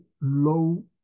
low